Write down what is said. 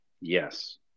Yes